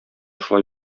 шулай